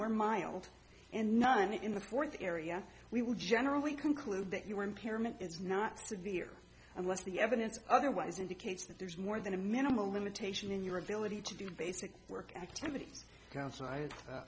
or mild and none in the fourth area we will generally conclude that you are impairment is not severe unless the evidence otherwise indicates that there is more than a minimal limitation in your ability to do basic work activities downside